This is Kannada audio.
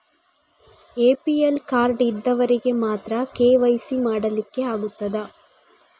ಎ.ಪಿ.ಎಲ್ ಕಾರ್ಡ್ ಇದ್ದವರಿಗೆ ಮಾತ್ರ ಕೆ.ವೈ.ಸಿ ಮಾಡಲಿಕ್ಕೆ ಆಗುತ್ತದಾ?